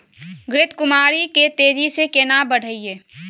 घृत कुमारी के तेजी से केना बढईये?